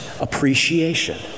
appreciation